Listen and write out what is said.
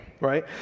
right